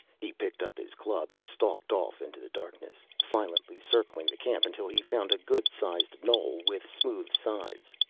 he picked up his club and stalked off into the darkness, silently circling the camp until he found a good-sized knoll with smooth sides.